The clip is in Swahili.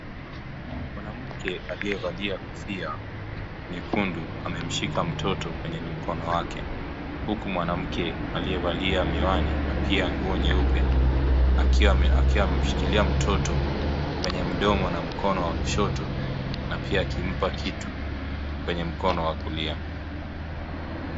Mwanamke aliyevalia kofia nyekundu amemshika mtoto kwenye mkono wake huku mwanamke aliyevalia miwani na pia nguo nyeupe akiwa ameshikilia mtoto kwenye mdomo na mkono wa kushoto na pia akimpa kitu kwenye mkono wa kulia.